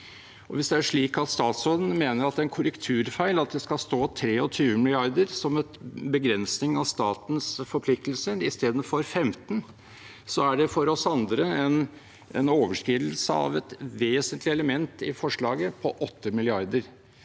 Hvis det er slik at statsråden mener at det er en korrekturfeil at det skal stå 23 mrd. kr som en begrensning av statens forpliktelser istedenfor 15, er det for oss andre en overskridelse av et vesentlig element i forslaget på 8 mrd.